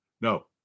No